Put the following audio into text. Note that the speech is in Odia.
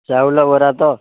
ଚାଉଳ ବରା ତ